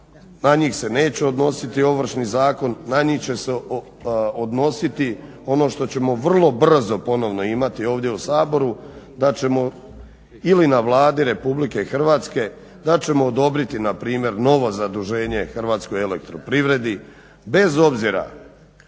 na njih se neće odnositi Ovršni zakon, na njih će se odnositi ono što ćemo vrlo brzo ponovno imati ovdje u Saboru ili na Vladi RH da ćemo odobriti npr. novo zaduženje HEP-u bez obzira